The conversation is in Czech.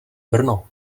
brno